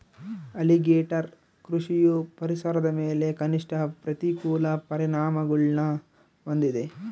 alligator ಕೃಷಿಯು ಪರಿಸರದ ಮೇಲೆ ಕನಿಷ್ಠ ಪ್ರತಿಕೂಲ ಪರಿಣಾಮಗುಳ್ನ ಹೊಂದಿದೆ